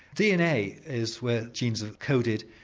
dna is where genes have coded,